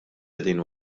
qegħdin